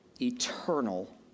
eternal